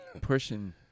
pushing